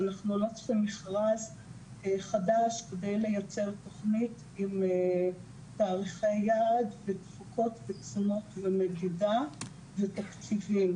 אבל אנחנו יודעים לומר שזוהי תוכנית זהב וזה מודל זהב שמתאים